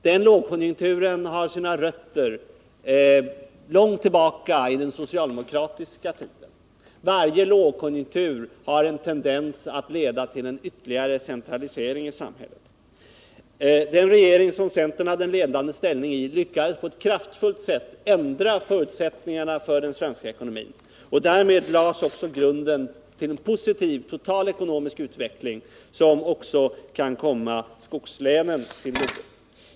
Den lågkonjunkturen har sina rötter långt tillbaka i den socialdemokratiska tiden. Varje lågkonjunktur har en tendens att leda till en ytterligare centralisering i samhället. Den regering som centern hade en ledande ställning i lyckades på ett kraftfullt sätt ändra förutsättningarna för den svenska ekonomin. Därmed lades grunden till en positiv total ekonomisk utveckling, som också kan komma skogslänen till godo.